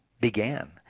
began